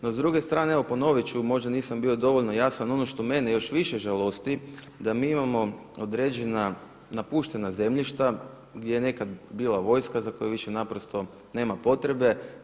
No s druge strane evo ponovit ću, možda nisam bio dovoljno jasan, ono što mene još više žalosti da mi imamo određena napuštena zemljišta gdje je nekada bila vojska za koju više naprosto nema potrebe.